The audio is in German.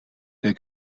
der